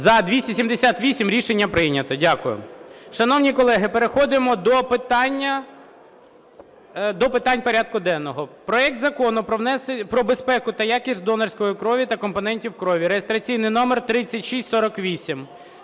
За-278 Рішення прийнято. Дякую. Шановні колеги, переходимо до питань порядку денного. Проект Закону про безпеку та якість донорської крові та компонентів крові (реєстраційний номер 3648)